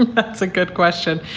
that's a good question.